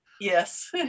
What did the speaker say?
yes